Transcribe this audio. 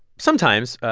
sometimes,